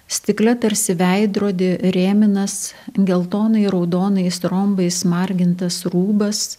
stikle tarsi veidrody rėminas geltonai raudonais rombais margintas rūbas